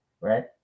right